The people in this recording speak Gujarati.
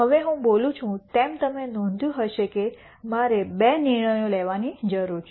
હવે હું બોલું છું તેમ તમે નોંધ્યું હશે કે મારે બે નિર્ણયો લેવાની જરૂર છે